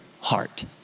heart